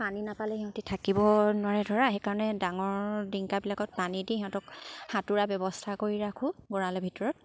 পানী নাপালে সিহঁতি থাকিব নোৱাৰে ধৰা সেইকাৰণে ডাঙৰ ড্ৰিংকাৰবিলাকত পানী দি সিহঁতক সাঁতোৰা ব্যৱস্থা কৰি ৰাখোঁ গঁড়ালৰ ভিতৰত